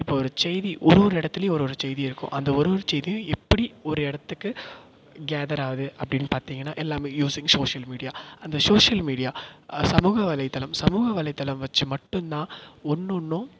இப்போது ஒரு செய்தி ஒரு ஒரு இடத்துலையும் ஒரு ஒரு செய்தி இருக்கும் அந்த ஒரு ஒரு செய்தியும் எப்படி ஒரு இடத்துக்கு கேதராகுது அப்படின்னு பார்த்தீங்கனா எல்லாமே யூஸிங் சோஷியல் மீடியா அந்த சோஷியல் மீடியா சமூக வலைத்தளம் சமூக வலைத்தளம் வச்சு மட்டும் தான் ஒன்னொன்றும்